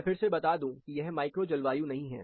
मैं फिर से बता दूं कि यह माइक्रो जलवायु नहीं है